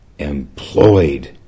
employed